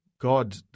God